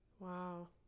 wow